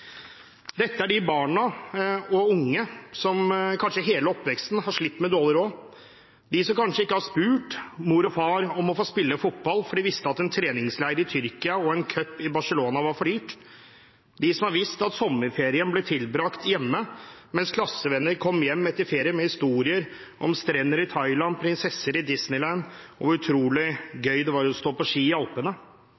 Dette er de barna og unge som kanskje hele oppveksten har slitt med dårlig råd, de som kanskje ikke har spurt mor og far om å få spille fotball, for de visste at en treningsleir i Tyrkia og en cup i Barcelona var for dyrt, de som har visst at sommerferien ble tilbragt hjemme, mens klassevenner kom hjem etter ferie med historier om strender i Thailand, prinsesser i Disneyland og hvor utrolig gøy det var å stå på ski i Alpene.